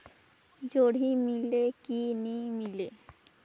जोणी मीले कि नी मिले?